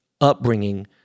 upbringing